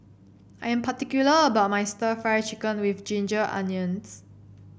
I am particular about my stir Fry Chicken with Ginger Onions